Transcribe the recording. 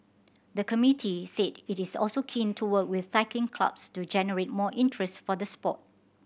the committee said it is also keen to work with cycling clubs to generate more interest for the sport